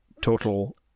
total